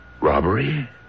Robbery